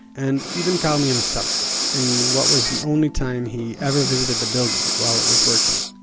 and even karmi himself in what was the only time he ever visited the building while it was working.